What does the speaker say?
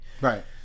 Right